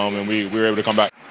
um and we were able to come back.